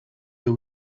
they